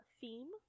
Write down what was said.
theme